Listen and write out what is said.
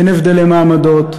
אין הבדלי מעמדות,